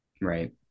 right